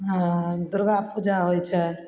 दुरगा पूजा होइ छै